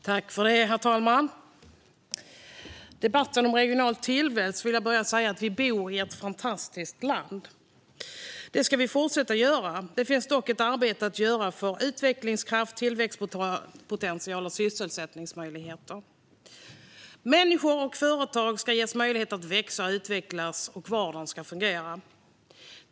Herr talman! I denna debatt om regional tillväxtpolitik vill jag börja med att säga att vi bor i ett fantastiskt land. Det ska vi fortsätta att göra. Det finns dock ett arbete att göra för att skapa utvecklingskraft, tillväxtpotential och möjligheter till sysselsättning. Människor och företag ska ges möjlighet att växa och utvecklas, och vardagen ska fungera.